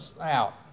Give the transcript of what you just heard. out